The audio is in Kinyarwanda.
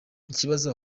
ikibazo